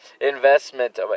investment